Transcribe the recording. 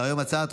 נתקבלה.